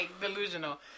delusional